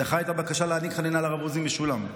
דחה את הבקשה להעניק חנינה לרב עוזי משולם.